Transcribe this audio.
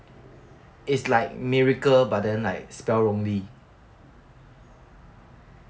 it's like miracle but then like spelled wrongly